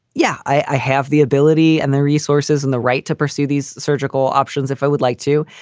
yeah, i have the ability and the resources and the right to pursue these surgical options if i would like to.